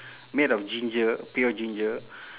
made of ginger pure ginger